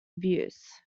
abuse